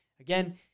again